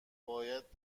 باید